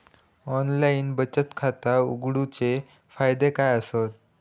Online बचत खाता उघडूचे फायदे काय आसत?